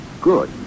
good